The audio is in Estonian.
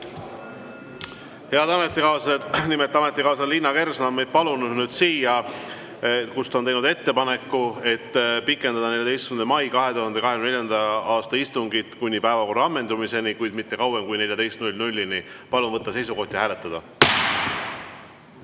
Head ametikaaslased! Ametikaaslane Liina Kersna on meid palunud nüüd siia, kuna ta on teinud ettepaneku pikendada 14. mai 2024. aasta istungit kuni päevakorra ammendumiseni, kuid mitte kauem kui kella 14‑ni. Palun võtta seisukoht ja hääletada!